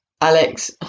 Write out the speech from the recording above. Alex